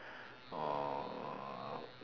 or